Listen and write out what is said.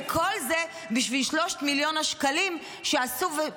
וכל זה בשביל 3 מיליון השקלים שאספו